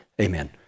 Amen